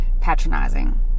patronizing